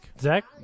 Zach